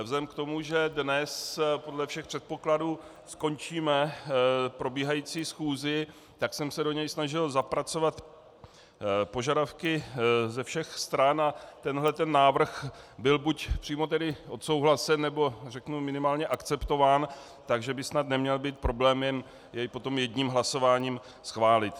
Vzhledem k tomu, že dnes podle všech předpokladů skončíme probíhající schůzi, tak jsem se do něj snažil zapracovat požadavky ze všech stran a tenhle návrh byl přímo tedy odsouhlasen, nebo řeknu minimálně akceptován, takže by snad neměl být problém jej potom jedním hlasováním schválit.